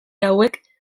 hauek